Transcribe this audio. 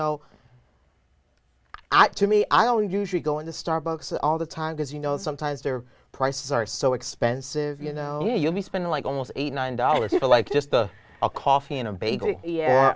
know to me i don't usually go into starbucks all the time because you know sometimes their prices are so expensive you know you'll be spending like almost eight nine dollars you know like just a coffee and a bagel